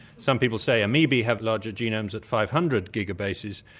some people say amoebae have larger genomes at five hundred gigabases,